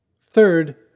Third